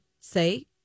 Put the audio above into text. say